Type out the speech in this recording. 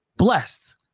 blessed